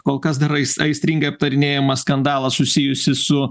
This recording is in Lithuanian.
kol kas dar ais aistringai aptarinėjamą skandalą susijusį su